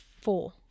Four